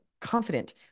confident